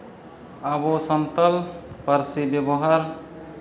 ᱟᱵᱚ ᱥᱟᱱᱛᱟᱲ ᱯᱟᱹᱨᱥᱤ ᱵᱮᱵᱚᱦᱟᱨ